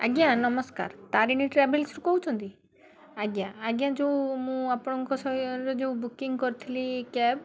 ଆଜ୍ଞା ନମସ୍କାର ତାରିଣୀ ଟ୍ରାଭେଲ୍ସରୁ କହୁଛନ୍ତି ଆଜ୍ଞା ଆଜ୍ଞା ଯେଉଁ ମୁଁ ଆପଣଙ୍କ ସହରରେ ଯେଉଁ ବୁକିଂ କରିଥିଲି କ୍ୟାବ୍